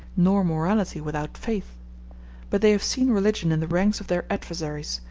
nor morality without faith but they have seen religion in the ranks of their adversaries,